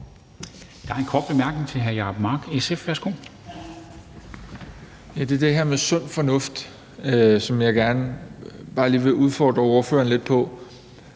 Der er en kort bemærkning til hr. Jacob Mark, SF. Værsgo. Kl. 14:40 Jacob Mark (SF): Det er det her med sund fornuft, som jeg gerne bare lige vil udfordre ordføreren lidt på,